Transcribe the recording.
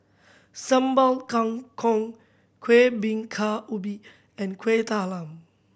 Sambal Kangkong Kueh Bingka Ubi and Kuih Talam